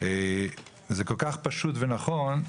זה כל כך פשוט ונכון,